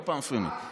כל פעם מפריעים לי.